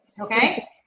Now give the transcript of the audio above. Okay